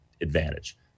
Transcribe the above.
advantage